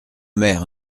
maire